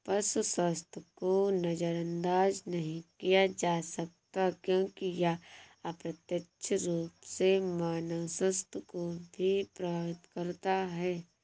पशु स्वास्थ्य को नजरअंदाज नहीं किया जा सकता क्योंकि यह अप्रत्यक्ष रूप से मानव स्वास्थ्य को भी प्रभावित करता है